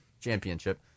championship